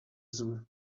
zoo